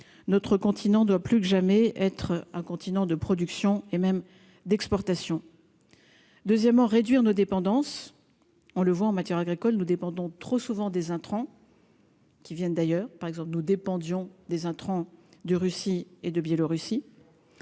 notre continent doit plus que jamais être un continent de production et même d'exportation, deuxièmement réduire nos dépendances, on le voit en matière agricole, nous dépendons trop souvent des intrants. Qui viennent d'ailleurs, par exemple, nous dépendons des intrants, de Russie et de Biélorussie,